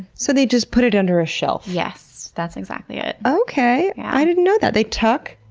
so they just put it under a shelf? yes, that's exactly it. okay, i didn't know that! they tuck?